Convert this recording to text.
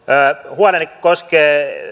huoleni koskee